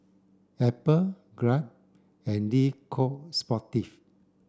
Apple Grab and Le Coq Sportif